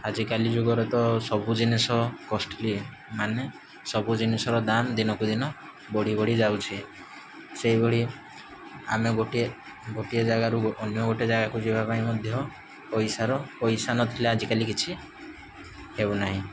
ଆଜିକାଲି ଯୁଗରେ ତ ସବୁ ଜିନିଷ କଷ୍ଟ୍ଲି ମାନେ ସବୁ ଜିନିଷର ଦାମ୍ ଦିନକୁ ଦିନ ବଢ଼ି ବଢ଼ି ଯାଉଛି ସେହିଭଳି ଆମେ ଗୋଟିଏ ଗୋଟିଏ ଜାଗାରୁ ଅନ୍ୟ ଗୋଟିଏ ଜାଗାକୁ ଯିବା ପାଇଁ ମଧ୍ୟ ପଇସାର ପଇସା ନଥିଲେ ଆଜିକାଲି କିଛି ହେଉନାହିଁ